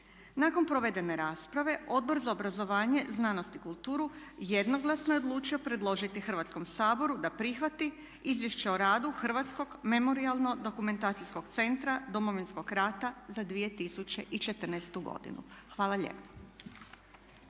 Nakon provedene rasprave Odbor za obrazovanje, znanost i kulturu jednoglasno je odlučio predložiti Hrvatskom saboru da prihvati Izvješće o radu Hrvatske akademije znanosti i umjetnosti u 2014. godini. I na